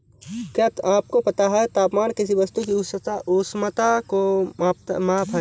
क्या आपको पता है तापमान किसी वस्तु की उष्णता की माप है?